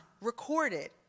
recorded